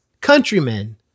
countrymen